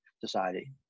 society